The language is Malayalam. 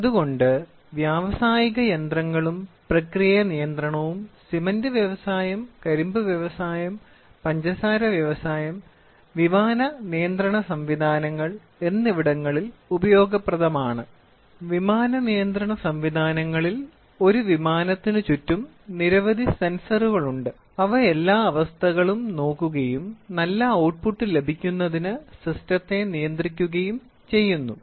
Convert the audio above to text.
അതുകൊണ്ട് വ്യാവസായിക യന്ത്രങ്ങളും പ്രക്രിയ നിയന്ത്രണവും സിമൻറ് വ്യവസായം കരിമ്പ് വ്യവസായം പഞ്ചസാര വ്യവസായം വിമാന നിയന്ത്രണ സംവിധാനങ്ങൾ എന്നിവിടങ്ങളിൽ ഉപയോഗപ്രദമാണ് വിമാന നിയന്ത്രണ സംവിധാനങ്ങളിൽ ഒരു വിമാനത്തിന് ചുറ്റും നിരവധി സെൻസറുകളുണ്ട് അവ എല്ലാ അവസ്ഥകളും നോക്കുകയും നല്ല ഔട്ട്പുട്ട് ലഭിക്കുന്നതിന് സിസ്റ്റത്തെ നിയന്ത്രിക്കുകയും ചെയ്യുന്നു